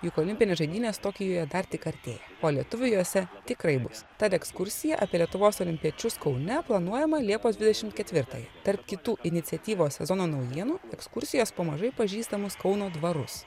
juk olimpinės žaidynės tokijuje dar tik artėja o lietuvių jose tikrai bus tad ekskursija apie lietuvos olimpiečius kaune planuojama liepos dvidešimt ketvirtąją tarp kitų iniciatyvos sezono naujienų ekskursijos po mažai pažįstamus kauno dvarus